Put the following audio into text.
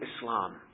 Islam